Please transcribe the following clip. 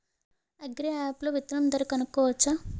Agri app లో విత్తనం ధర కనుకోవచ్చా?